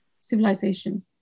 civilization